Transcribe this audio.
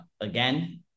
again